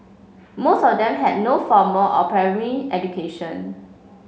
most of them had no formal or primary education